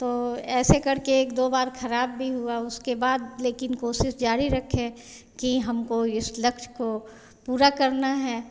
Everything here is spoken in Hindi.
तो ऐसे करके एक दो ख़राब भी हुआ उसके बाद लेकिन कोशिश जारी रखे कि हमको इस लक्ष्य को पूरा करना है